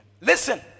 Listen